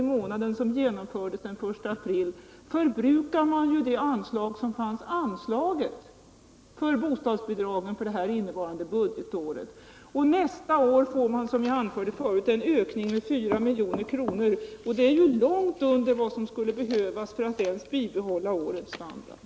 i månaden som genomfördes den 1 april förbrukar man det beviljade anslaget för barnbidragen under innevarande budgetår. Nästa år får man, som jag tidigare sade, en ökning med 4 milj.kr. Det är långt under vad som skulle behövas för att ens bibehålla årets standard.